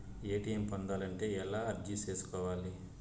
ATM పొందాలంటే ఎలా అర్జీ సేసుకోవాలి?